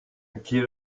quelle